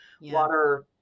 water